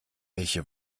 welche